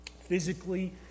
Physically